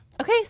Okay